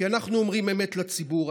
כי אנחנו אומרים אמת לציבור,